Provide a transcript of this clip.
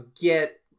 get